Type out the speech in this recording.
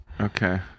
okay